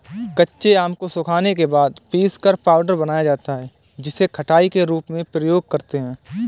कच्चे आम को सुखाने के बाद पीसकर पाउडर बनाया जाता है जिसे खटाई के रूप में प्रयोग करते है